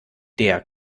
der